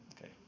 okay